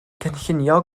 cynllunio